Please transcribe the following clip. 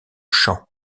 chant